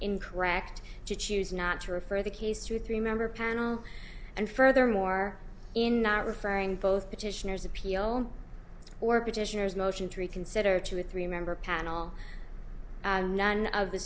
in correct to choose not to refer the case to three member panel and furthermore in not referring both petitioners appeal or petitioners motion to reconsider to a three member panel none of the